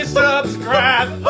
subscribe